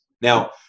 Now